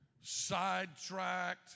sidetracked